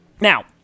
now